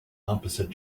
opposite